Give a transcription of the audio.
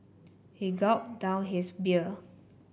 he gulped down his beer